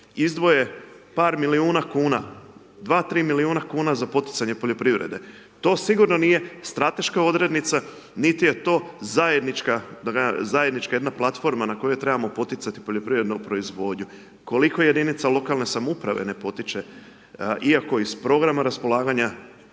izdvoje par milijuna kn, 2, 3 milijuna kn za poticanje poljoprivrede, to sigurno nije strateška odrednica, niti je to zajednička jedna platforma na kojoj trebamo poticati poljoprivrednu proizvodnju. Koliko jedinice lokalne samouprave ne potiče, iako iz programa raspolaganja